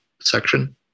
section